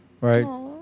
right